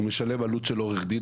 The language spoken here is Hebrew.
הוא משלם עלות של עורך דין,